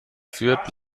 fürth